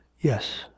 yes